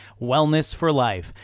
wellnessforlife